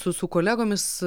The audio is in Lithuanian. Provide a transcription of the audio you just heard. su su kolegomis